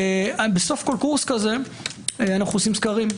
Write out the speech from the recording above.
בסוף כל קורס כזה אנו עושים סקרים.